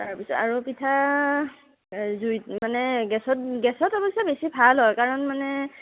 তাৰপিছত আৰু পিঠা এই জুইত মানে গেছত গেছত অৱশ্যে বেছি ভাল হয় কাৰণ মানে